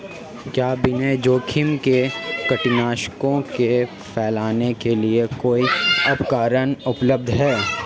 क्या बिना जोखिम के कीटनाशकों को फैलाने के लिए कोई उपकरण उपलब्ध है?